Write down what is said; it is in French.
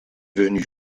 venu